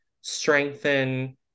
strengthen